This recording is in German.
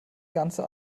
ganze